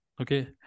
Okay